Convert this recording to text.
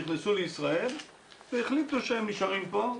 שנכנסו לישראל והחליטו שהם נשארים פה.